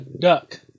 Duck